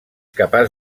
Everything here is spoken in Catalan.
capaç